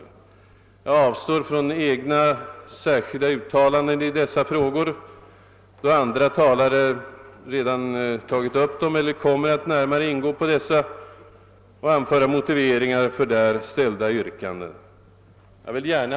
Jag avstår från egna uttalanden i nu åsyftade frågor, då andra talare redan tagit upp dem och ytterligare andra ledamöter torde komma att närmare gå in på dem och anföra motiveringar för i reservationerna ställda yrkanden. Herr talman!